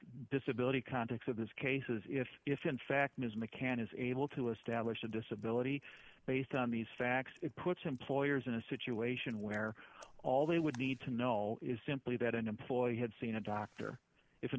disability context of this case is if if in fact ms mccann is able to establish a disability based on these facts it puts employers in a situation where all they would need to know is simply that an employee had seen a doctor if an